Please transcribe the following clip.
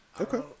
Okay